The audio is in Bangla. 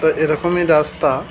তো এরকমই রাস্তা